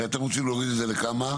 אתם רוצים להוריד את זה לכמה?